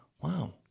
Wow